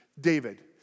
David